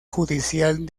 judicial